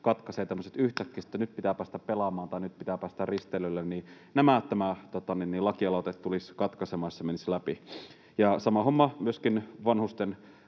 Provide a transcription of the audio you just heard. katkaisee tämmöiset yhtäkkiset, että nyt pitää päästä pelaamaan tai nyt pitää päästä risteilylle. Nämä tämä lakialoite tulisi katkaisemaan, jos se menisi läpi. Ja sama homma myöskin vanhusten